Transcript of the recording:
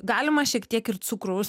galima šiek tiek ir cukraus